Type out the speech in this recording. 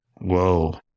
whoa